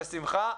בשמחה,